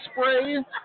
spray